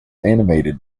animated